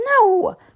No